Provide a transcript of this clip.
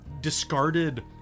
Discarded